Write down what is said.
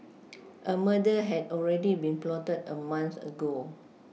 a murder had already been plotted a month ago